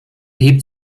hebt